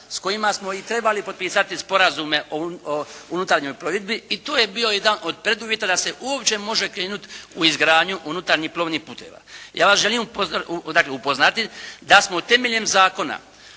s kojima smo i trebali potpisati sporazume o unutarnjoj plovidbi i tu je bio jedan od preduvjeta da se uopće može krenuti u izgradnju unutarnjih plovnih putova. Ja vas želim upoznati da smo temeljem Zakona